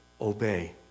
obey